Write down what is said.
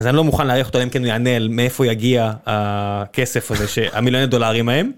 אז אני לא מוכן לארח אותו אלא אם כן יענה מאיפה יגיע הכסף הזה, המיליוני הדולרים ההם.